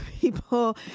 people